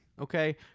okay